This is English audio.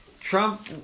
Trump